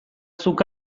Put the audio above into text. zuk